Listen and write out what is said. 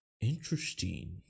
interesting